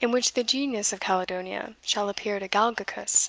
in which the genius of caledonia shall appear to galgacus,